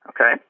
okay